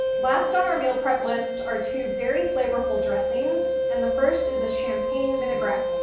last on our meal prep list are two very flavorful dressings, and the first is a champagne vinegarette.